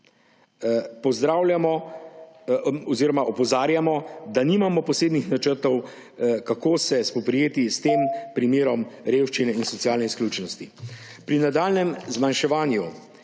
dosežen. Opozarjamo, da nimamo posebnih načrtov, kako se spoprijeti s tem primerom revščine in socialne izključenosti. Pri nadaljnjem zmanjševanju